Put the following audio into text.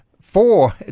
four